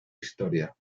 historia